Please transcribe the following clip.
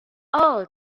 all